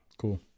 Cool